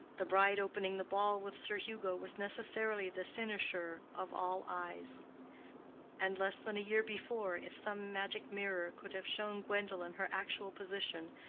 the bride opening the ball with sir hugo was necessarily the cynosure of all eyes and less than a year before, if some magic mirror could have shown gwendolen her actual position,